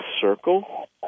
circle